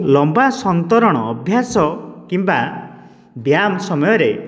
ଲମ୍ବା ସନ୍ତରଣ ଅଭ୍ୟାସ କିମ୍ବା ବ୍ୟାୟାମ୍ ସମୟରେ